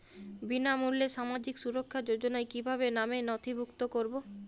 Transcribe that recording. বিনামূল্যে সামাজিক সুরক্ষা যোজনায় কিভাবে নামে নথিভুক্ত করবো?